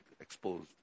exposed